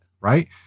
Right